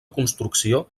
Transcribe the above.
construcció